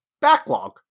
backlog